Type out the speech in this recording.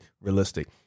realistic